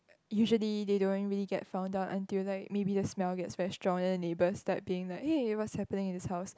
usually they don't really get found out until like maybe the smell get very strong then neighbors start being like hey what's happening in this house